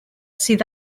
sydd